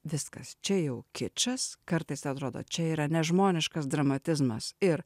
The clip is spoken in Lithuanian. viskas čia jau kičas kartais atrodo čia yra nežmoniškas dramatizmas ir